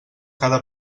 cada